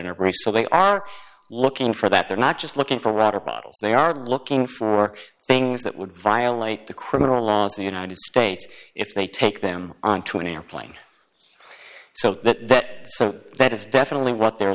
in a race so they are looking for that they're not just looking for water bottles they are looking for things that would violate the criminal laws of the united states if they take them onto an airplane so that so that is definitely what they're